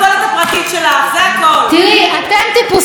אני נאלצתי לשמוע אותך, תשמעי גם את אותי.